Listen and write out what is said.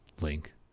link